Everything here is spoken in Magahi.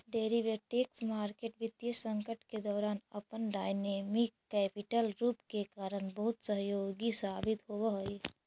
डेरिवेटिव्स मार्केट वित्तीय संकट के दौरान अपन डायनेमिक कैपिटल रूप के कारण बहुत सहयोगी साबित होवऽ हइ